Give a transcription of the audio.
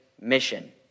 mission